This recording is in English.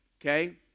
okay